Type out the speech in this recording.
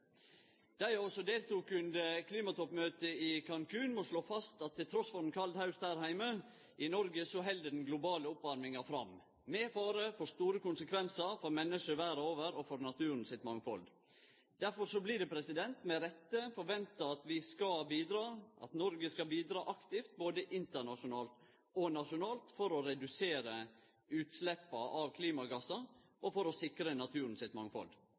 Dei av oss som deltok på klimatoppmøtet i Cancún, må slå fast at trass i ein kald haust her heime i Noreg held den globale oppvarminga fram, med fare for store konsekvensar for menneske verda over og for mangfaldet i naturen. Derfor blir det – med rette – forventa at Noreg skal bidra aktivt både internasjonalt og nasjonalt for å redusere utsleppa av klimagassar og sikre mangfaldet i naturen. Budsjettframlegget frå regjeringa for